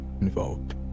involved